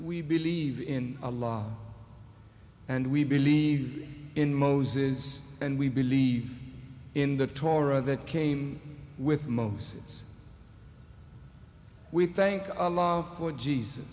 we believe in a law and we believe in moses and we believe in the torah that came with moses we thank our love for jesus